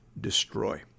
destroy